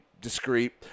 discreet